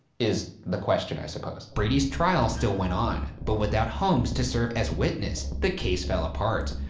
is the question i suppose. brady's trial still went on, but without holmes to serve as witness, the case fell apart.